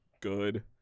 good